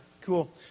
cool